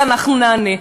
אבל אנחנו נענה.